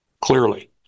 Clearly